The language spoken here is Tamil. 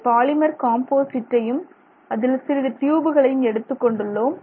ஒரு பாலிமர் காம்போசிட்டையும் அதில் சிறிது ட்யூபுகளையும் எடுத்துக் கொண்டுள்ளோம்